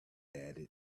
added